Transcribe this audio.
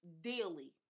daily